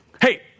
hey